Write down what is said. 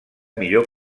millor